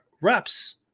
reps